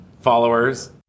followers